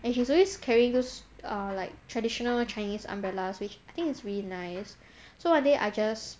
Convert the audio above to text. and she's always carrying those uh like traditional chinese umbrellas which I think it is really nice so one day I just